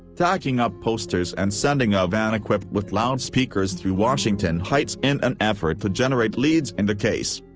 tacking up posters and sending a van equipped with loudspeakers through washington heights in an effort to generate leads in the case.